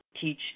teach